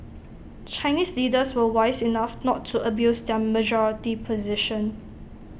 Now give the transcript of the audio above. Chinese leaders were wise enough not to abuse their majority position